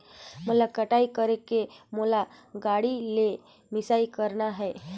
मोला कटाई करेके मोला गाड़ी ले मिसाई करना हे?